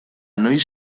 noiz